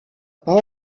pas